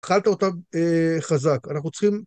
התחלת אותה חזק אנחנו צריכים